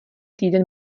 týden